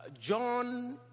John